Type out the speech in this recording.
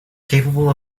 capable